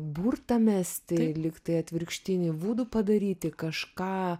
burtą mesti lyg tai atvirkštiniu būdu padaryti kažką